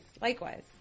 Likewise